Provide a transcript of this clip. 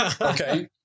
Okay